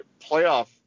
playoff